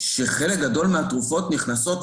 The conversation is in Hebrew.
שחלק גדול מהתרופות נכנסות,